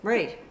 Right